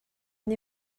and